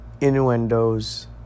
Innuendos